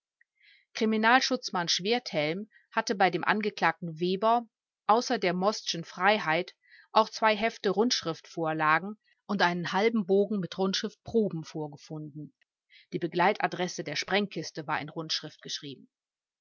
kriminalschutzmann schwerdthelm hatte bei dem angeklagten weber außer der mostschen freiheit auch zwei hefte rundschrift vorlagen und einen halben bogen mit rundschrift proben vorgefunden die begleitadresse der sprengkiste war in rundschrift geschrieben